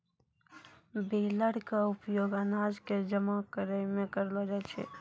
baler के उपयोग अनाज कॅ जमा करै मॅ करलो जाय छै